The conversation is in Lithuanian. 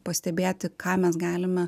pastebėti ką mes galime